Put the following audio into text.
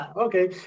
Okay